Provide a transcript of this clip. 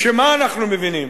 מפני שמה אנחנו מבינים?